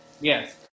Yes